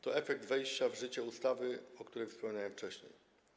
To efekt wejścia w życie ustawy, o której wspominałem wcześniej.